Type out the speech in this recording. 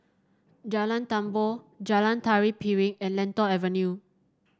Jalan Tambur Jalan Tari Piring and Lentor Avenue